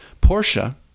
Portia